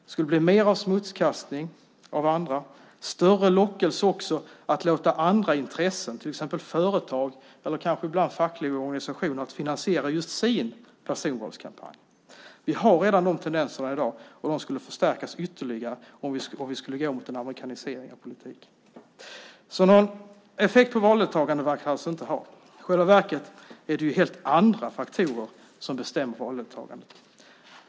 Det skulle bli mera av smutskastning av andra och också större lockelse att låta andra intressen, till exempel företag eller kanske till och med fackliga organisationer, att finansiera just sin personvalskampanj. Vi har redan de tendenserna i dag, och de skulle stärkas ytterligare om vi skulle gå mot en amerikanisering av politiken. Någon effekt på valdeltagande verkar det alltså inte ha. I själva verket är det helt andra faktorer som bestämmer valdeltagandet.